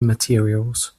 materials